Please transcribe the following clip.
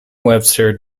webster